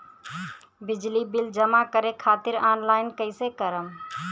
बिजली बिल जमा करे खातिर आनलाइन कइसे करम?